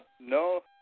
No